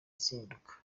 zihinduka